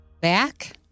back